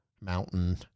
mountain